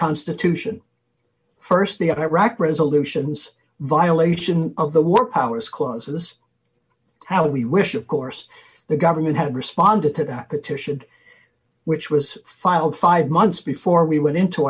constitution st the iraq resolution zz violation of the war powers clauses how we wish of course the government had responded to that petition which was filed five months before we went into